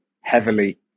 heavily